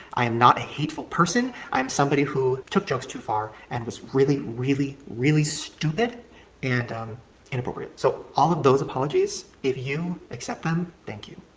i am not a hateful person, i am somebody who took jokes too far and was really, really, really stupid and inappropriate so all of those apologies if you accept them, thank you.